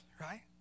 right